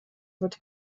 wird